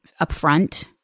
upfront